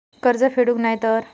कर्ज फेडूक नाय तर?